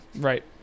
Right